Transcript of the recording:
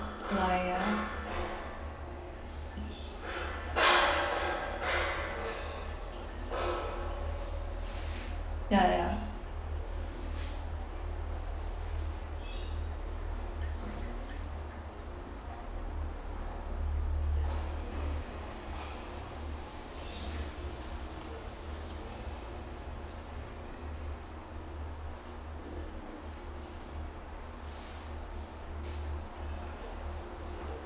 like ya ya ya